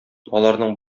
аларның